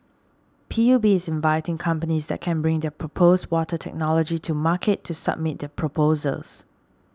P U B is inviting companies that can bring their proposed water technology to market to submit their proposals